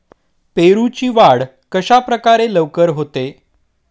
पेरूची वाढ कशाप्रकारे लवकर होते?